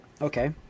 okay